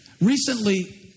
recently